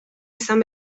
izan